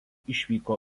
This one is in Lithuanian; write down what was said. išvyko